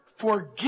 forgive